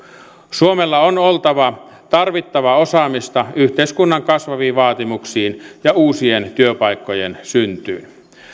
suomella on oltava tarvittavaa osaamista yhteiskunnan kasvaviin vaatimuksiin ja uusien työpaikkojen syntyyn